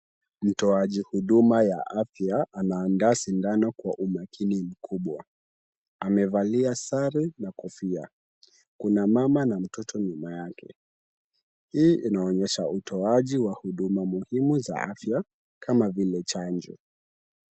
Mtoaji huduma ya afya ana andaa sindano kwa umakini mkubwa. Amevalia sare na kofia. Kuna mama na mtoto nyuma yake. Hii inaonyesha utoaji wa huduma muhimu za afya kama vile chanjo.